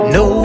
no